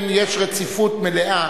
יש רציפות מלאה.